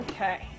Okay